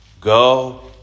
Go